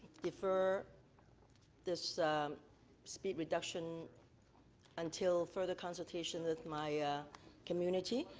defer this speed reduction until further consultation with my community.